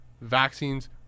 Vaccines